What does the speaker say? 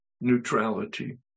neutrality